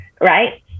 right